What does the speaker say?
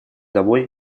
домой